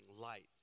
light